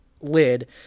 lid